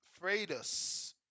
Freitas